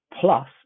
Plus